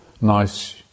nice